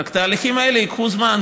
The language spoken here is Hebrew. אך התהליכים האלה ייקחו זמן,